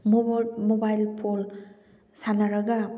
ꯃꯣꯕꯣꯔꯠ mobile phone ꯁꯥꯟꯅꯔꯒ